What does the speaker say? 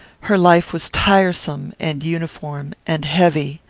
her life was tiresome, and uniform, and heavy.